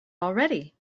already